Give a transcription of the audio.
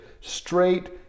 straight